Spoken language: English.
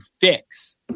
fix